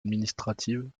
administrative